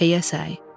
PSA